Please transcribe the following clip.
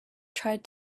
tried